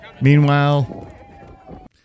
meanwhile